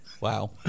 wow